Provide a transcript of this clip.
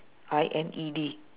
I N E D